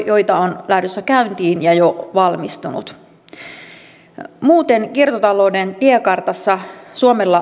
joita on lähdössä käyntiin ja jo valmistunut muuten kiertotalouden tiekartassa suomella